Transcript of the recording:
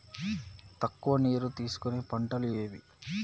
తక్కువ నీరు తీసుకునే పంటలు ఏవి?